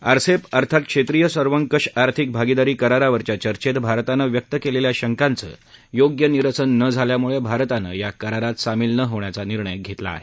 RCEP अर्थात क्षेत्रिय सर्वंकष आर्थिक भागिदारी करारावरच्या चर्चेत भारतानं व्यक्त केलेल्या शंकांचं योग्य निरसन न झाल्याम्ळे भारतानं या करारात सामील न होण्याचा निर्णय घेतला आहे